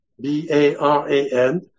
B-A-R-A-N